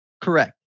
Correct